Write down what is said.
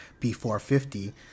B450